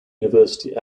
university